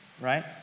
Right